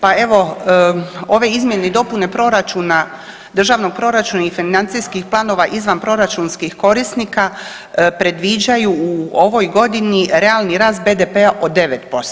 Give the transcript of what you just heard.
Pa evo, ove izmjene i dopune proračuna, državnog proračuna i financijskih planova izvanproračunskih korisnika predviđaju u ovoj godini realni rast BDP-a od 9%